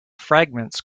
fragments